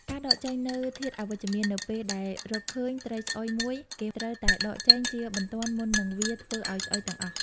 ការដកចេញនូវធាតុអវិជ្ជមាន នៅពេលដែលរកឃើញ ត្រីស្អុយ មួយ គេត្រូវតែ ដកចេញ ជាបន្ទាន់មុននឹងវាធ្វើឲ្យ ស្អុយទាំងអស់។